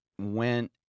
went